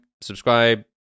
subscribe